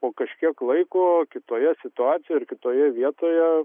po kažkiek laiko kitoje situacijoje ar kitoje vietoje